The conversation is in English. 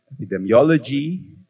epidemiology